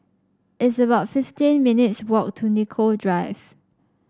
it's about fifteen minutes' walk to Nicoll Drive